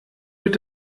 wird